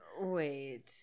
Wait